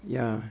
ya